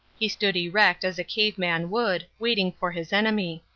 he stood erect as a cave man would, waiting for his enemy.